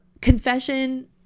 Confession